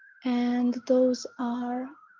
and those are.